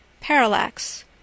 Parallax